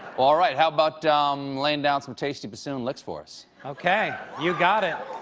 all right, how about laying down some tasty bassoon licks for us. okay, you got it,